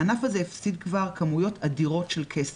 הענף הזה הפסיד כבר כמויות אדירות של כסף,